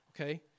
okay